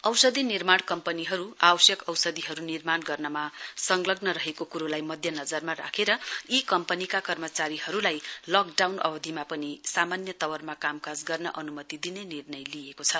औषधि निर्माण कम्पनीहरू आवश्यक औषधिहरू निर्माण गर्नमा संलग्न रहेको कुरोलाई मध्यनजरमा राखेर यी कम्पनीका कर्मचारीहरूलाई लकडाउन अवधिमा पनि सामान्य तवरमा कामकाज गर्न अनुमति दिने निर्णय लिइएको छ